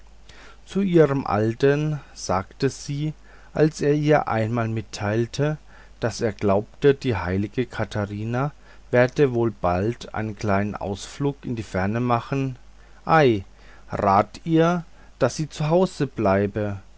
zu ihrem alten sagte sie als er ihr einmal mitteilte daß er glaube die heilige katharina werde wohl bald einen kleinen ausflug in die ferne machen ei rat ihr daß sie zu hause bleibe